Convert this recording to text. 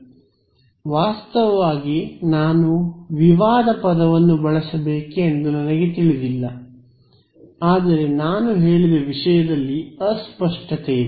ಆದ್ದರಿಂದ ವಾಸ್ತವವಾಗಿ ನಾನು ವಿವಾದ ಪದವನ್ನು ಬಳಸಬೇಕೆ ಎಂದು ನನಗೆ ತಿಳಿದಿಲ್ಲ ಆದರೆ ನಾನು ಹೇಳಿದ ವಿಷಯದಲ್ಲಿ ಅಸ್ಪಷ್ಟತೆ ಇದೆ